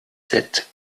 sept